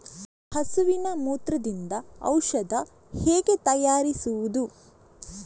ಹಸುವಿನ ಮೂತ್ರದಿಂದ ಔಷಧ ಹೇಗೆ ತಯಾರಿಸುವುದು?